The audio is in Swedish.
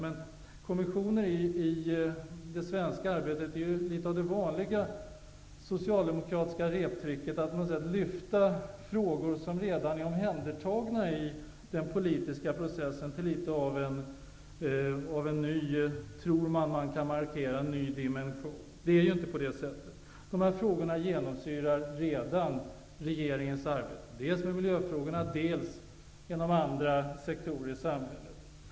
Men kommissioner i det svenska systemet är något av det vanliga socialdemokratiska reptricket. På det sättet tror man att man kan ge frågor, som redan behandlas i den politiska processen, litet av en ny dimension. Men så är det ju inte. Dessa frågor genomsyrar redan regeringens arbete när det gäller dels miljöfrågorna, dels andra sektorer i samhället.